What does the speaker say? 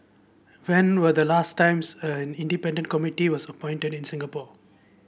when were the last times an independent committee was appointed in Singapore